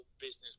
business